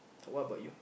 what about you